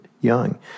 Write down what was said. young